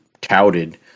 touted